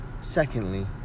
Secondly